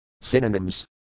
Synonyms